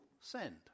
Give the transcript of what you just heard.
send